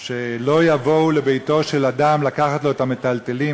שלא יבואו לביתו של אדם לקחת לו את המיטלטלין.